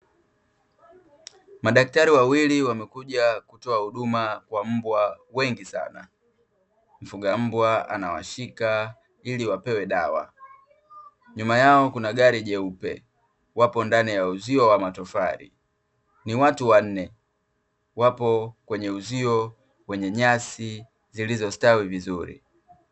Madaktari wawili wamekuja kutoa huduma kwa mbwa wengi sana, mfuga mbwa anawashika ili wapewe dawa. Nyuma yao kuna gari jeupe, wapo ndani ya uzio wa matofali, ni watu wanne wapo kwenye uzio wenye nyasi zilizostawi vizuri.